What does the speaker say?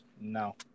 No